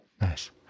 Nice